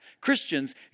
Christians